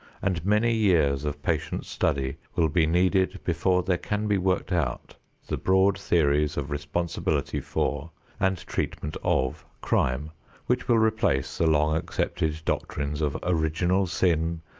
and many years of patient study will be needed before there can be worked out the broad theories of responsibility for and treatment of crime which will replace the long accepted doctrines of original sin,